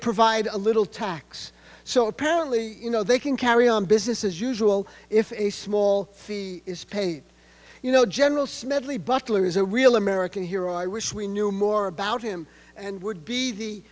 provide a little tax so apparently you know they can carry on business as usual if a small fee is paid you know general smedley butler is a real american hero i wish we knew more about him and would be the